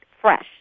fresh